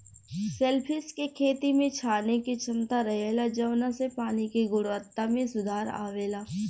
shellfish के खेती में छाने के क्षमता रहेला जवना से पानी के गुणवक्ता में सुधार अवेला